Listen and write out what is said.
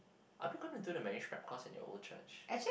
are we gonna do the marriage prep course in your old church